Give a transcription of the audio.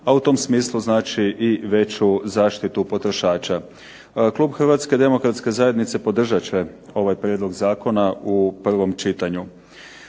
a u tom smislu znači i veću zaštitu potrošača. Klub Hrvatske demokratske zajednice podržat će ovaj prijedlog zakona u prvom čitanju.